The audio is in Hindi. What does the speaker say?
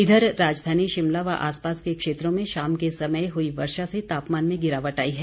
इधर राजधानी शिमला व आसपास के क्षेत्रों में शाम के समय हुई वर्षा से तापमान में गिरावट आई है